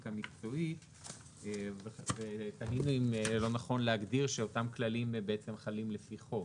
אתיקה מקצועית ותהינו אם לא נכון להגדיר שאותם כללים בעצם חלים לפי חוק.